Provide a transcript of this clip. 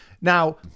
now